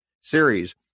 series